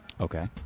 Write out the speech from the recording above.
Okay